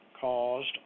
caused